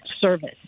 service